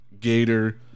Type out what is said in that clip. Gator